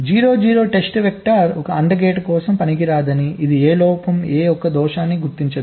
0 0 test vector ఒక AND gate కోసం పనికిరానిది ఇది ఏ లోపం ఏ ఒక్క దోషాన్ని గుర్తించదు